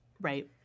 right